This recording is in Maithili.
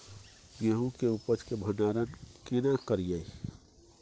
गेहूं के उपज के भंडारन केना करियै?